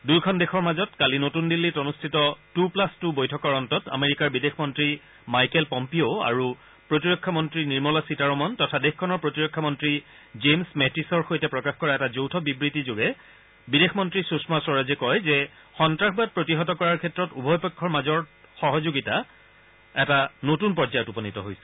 দুয়োদেশৰ মাজত কালি নতন দিল্লীত অনুষ্ঠিত ট প্লাছ ট বৈঠকৰ অন্তত আমেৰিকাৰ বিদেশ মন্তী মাইকেল পম্পিঅ আৰু প্ৰতিৰক্ষা মন্ত্ৰী নিৰ্মলা সীতাৰমন তথা দেশখনৰ প্ৰতিৰক্ষা মন্ত্ৰী জেমছ মেটিছৰ সৈতে প্ৰকাশ কৰা এটা যৌথ প্ৰেছ বিবৃতিযোগে বিদেশ মন্ত্ৰী সুষমা স্বৰাজে কয় যে সন্ত্ৰাসবাদ প্ৰতিহত কৰাৰ ক্ষেত্ৰত উভয় পক্ষৰ মাজৰ সহযোগিতা এটা নতুন পৰ্য্যায়ত উপনীত হৈছে